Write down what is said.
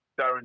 Darren